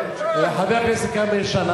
חבר הכנסת כרמל שאמה,